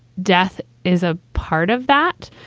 death is a part of that.